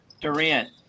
Durant